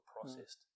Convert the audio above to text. processed